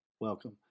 Welcome